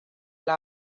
they